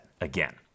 again